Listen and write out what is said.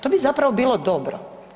To bi zapravo bilo dobro.